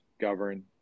govern